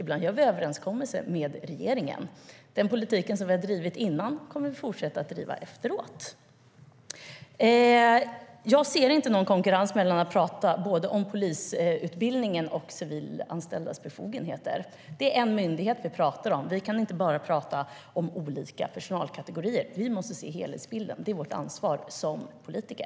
Ibland gör vi överenskommelser med regeringen. Den politik som vi har drivit tidigare kommer vi att fortsätta driva. Jag ser inte någon konkurrens mellan att tala om både polisutbildningen och civilanställdas befogenheter. Det är en myndighet vi talar om. Vi kan inte bara tala om olika personalkategorier. Vi måste se helhetsbilden. Det är vårt ansvar som politiker.